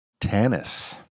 tennis